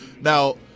Now